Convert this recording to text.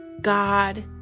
God